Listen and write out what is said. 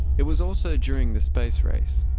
it was also during the space race,